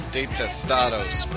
Detestados